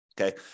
Okay